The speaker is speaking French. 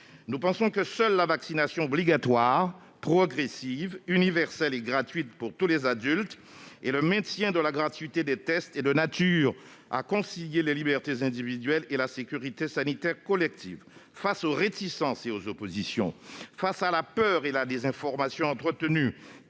nous pensons que seule la vaccination obligatoire, progressive, universelle et gratuite pour tous les adultes et le maintien de la gratuité des tests sont de nature à concilier les libertés individuelles et la sécurité sanitaire collective. Face aux réticences et aux oppositions, face à la peur et à la désinformation entretenues,